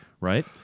right